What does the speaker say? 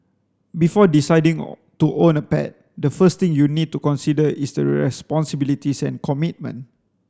before deciding to own a pet the first thing you need to consider is the responsibilities and commitment